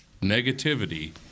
negativity